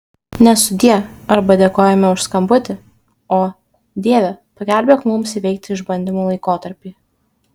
ne sudie arba dėkojame už skambutį o dieve pagelbėk mums įveikti išbandymų laikotarpį